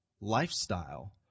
lifestyle